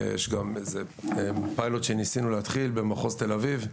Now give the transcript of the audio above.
יש גם פיילוט שניסינו להתחיל, במחוז תל אביב,